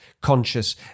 conscious